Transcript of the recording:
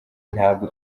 ntabwo